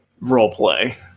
role-play